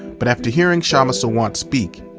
but after hearing kshama sawant speak,